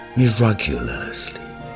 miraculously